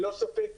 ללא ספק